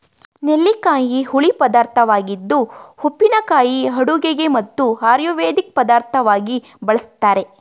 ನೆಲ್ಲಿಕಾಯಿ ಹುಳಿ ಪದಾರ್ಥವಾಗಿದ್ದು ಉಪ್ಪಿನಕಾಯಿ ಅಡುಗೆಗೆ ಮತ್ತು ಆಯುರ್ವೇದಿಕ್ ಪದಾರ್ಥವಾಗಿ ಬಳ್ಸತ್ತರೆ